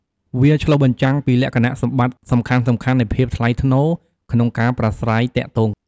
វាឆ្លុះបញ្ចាំងពីលក្ខណៈសម្បត្តិសំខាន់ៗនៃភាពថ្លៃថ្នូរ ក្នុងការប្រាស្រ័យទាក់ទង។